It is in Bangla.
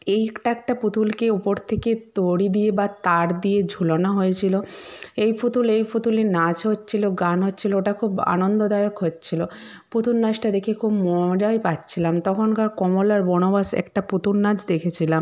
এই একটা একটা পুতুলকে উপর থেকে দড়ি দিয়ে বা তার দিয়ে ঝুলানো হয়েছিল এই পুতুল এই পুতুলের নাচ হচ্ছিল গান হচ্ছিল ওটা খুব আনন্দদায়ক হচ্ছিল পুতুল নাচটা দেখে খুব মজাই পাচ্ছিলাম তখনকার কমলার বনবাস একটা পুতুল নাচ দেখেছিলাম